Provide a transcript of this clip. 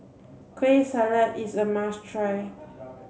Kueh Salat is a must try